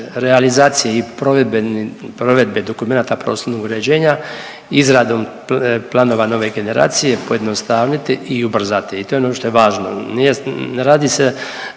realizacije i provedbeni, provedbe dokumenata prostornog uređenja izradom planova nove generacije pojednostaviti i ubrzati. I to je ono što je važno. Nije,